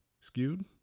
skewed